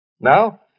Now